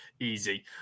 easy